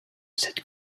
cette